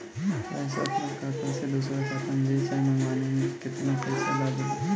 पैसा अपना खाता से दोसरा खाता मे भेजे चाहे मंगवावे में केतना पैसा लागेला?